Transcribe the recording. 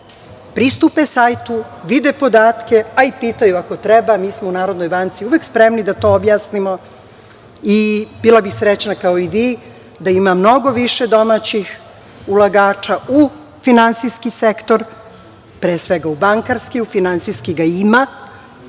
pristupe sajtu, videte podatke, a i pitaju ako treba. Mi smo u NBS uvek spremni da to objasnimo i bila bi srećna kao i vi da ima mnogo više domaćih ulagača u finansijski sektor, pre svega u bankarski, u finansijski ga ima